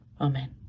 Amen